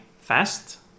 fast